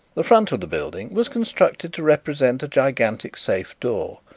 the front of the building was constructed to represent a gigantic safe door,